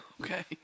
Okay